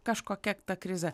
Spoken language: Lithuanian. kažkokia ta krizė